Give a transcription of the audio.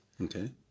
Okay